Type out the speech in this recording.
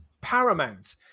paramount